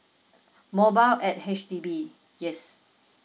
mobile at H_D_B yes